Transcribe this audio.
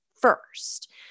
first